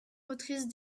motrice